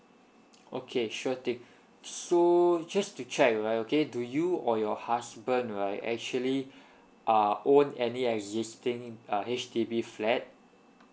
okay sure thing so just to check right okay do you or your husband right actually uh own any existing in~ uh H_D_B flat